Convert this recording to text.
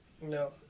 No